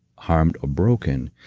harmed, or broken,